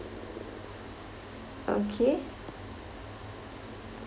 okay